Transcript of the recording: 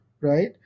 Right